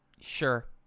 sure